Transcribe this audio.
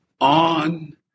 on